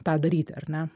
tą daryti ar ne